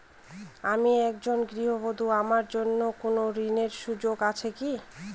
আমি একজন গৃহবধূ আমার জন্য কোন ঋণের সুযোগ আছে কি?